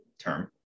term